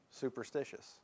superstitious